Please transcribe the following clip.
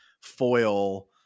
foil